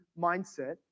mindset